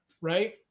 right